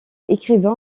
écrivains